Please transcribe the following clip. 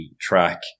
track